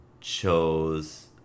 chose